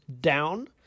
down